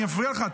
אני מפריע לך?